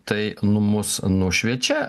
tai nu mus nušviečia